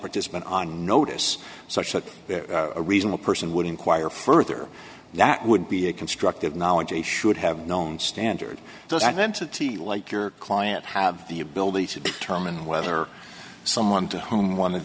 participant on notice such that a reasonable person would inquire further that would be a constructive knowledge a should have known standard does identity like your client have the ability to determine whether someone to whom one of